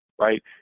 right